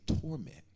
torment